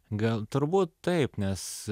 gal turbūt taip nes